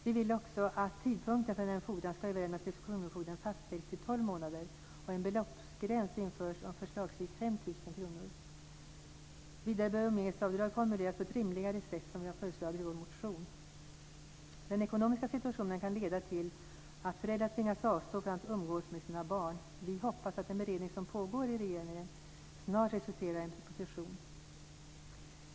Vi vill också att tidpunkten för när en fordran ska överlämnas till kronofogden fastställs till tolv månader och en beloppsgräns införs om förslagsvis 5 000 kr. Vidare bör umgängesavdrag formuleras på ett rimligare sätt, som vi har föreslagit i vår motion. Den ekonomiska situationen kan leda till att föräldrar tvingas avstå från att umgås med sina barn. Vi hoppas att den beredning som pågår i regeringen snart resulterar i en proposition.